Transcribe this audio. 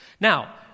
Now